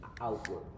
outward